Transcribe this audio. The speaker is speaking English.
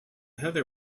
heather